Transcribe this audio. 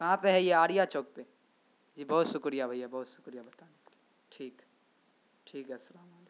کہاں پہ ہے یہ آریہ چوک پہ جی بہت سکریہ بھیا بہت شکریہ بتانے کا ٹھیک ہے ٹھیک ہے السلام علیکم